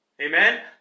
Amen